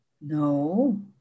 No